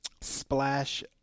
Splash